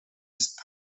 ist